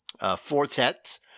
Fortet